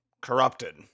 Corrupted